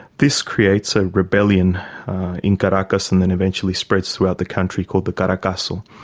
this creates a rebellion in caracas and then eventually spreads throughout the country, called the caracazo.